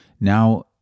now